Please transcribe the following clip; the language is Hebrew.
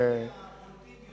אבל זה מהבולטים ביותר.